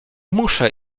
muszę